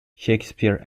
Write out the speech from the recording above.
shakespeare